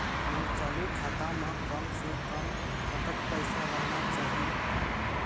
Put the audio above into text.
मोर चालू खाता म कम से कम कतक पैसा रहना चाही?